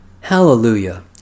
Hallelujah